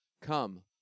Come